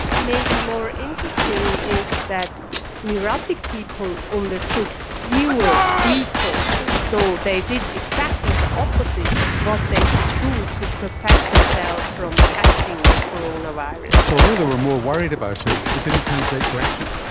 maybe more interesting is that neurotic people undertook fewer precautions, so they did exactly the opposite of what they should do to protect themselves from catching the coronavirus. so although they were more worried about it, it didn't translate to action.